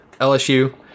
LSU